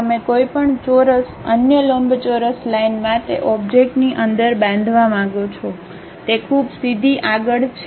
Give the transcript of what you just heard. તમે કોઈપણ ચોરસ કોઈપણ અન્ય લંબચોરસ લાઇનમાં તે ઓબ્જેક્ટની અંદર બાંધવા માંગો છો તે ખૂબ સીધી આગળ છે